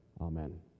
Amen